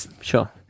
Sure